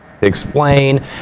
explain